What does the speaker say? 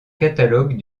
catalogue